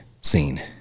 scene